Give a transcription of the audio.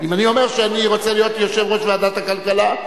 אם אני אומר שאני רוצה להיות יושב-ראש ועדת הכלכלה,